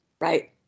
right